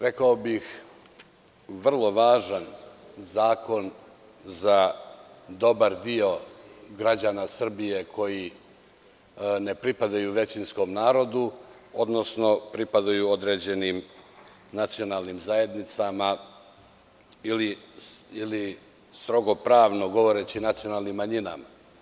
Rekao bih vrlo važan zakon za dobar deo građana Srbije koje ne pripadaju većinskom narodu, odnosno pripadaju određenim nacionalnim zajednicama ili strogo pravno govoreći, nacionalnim manjinama.